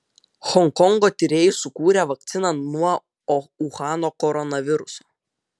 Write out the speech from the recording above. honkongo tyrėjai sukūrė vakciną nuo uhano koronaviruso